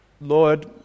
Lord